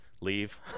leave